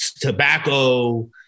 tobacco